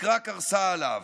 התקרה קרסה עליו.